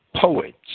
poets